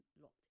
locked